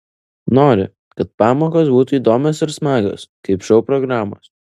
nori kad pamokos būtų įdomios ir smagios kaip šou programos